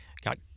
got